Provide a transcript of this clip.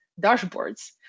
dashboards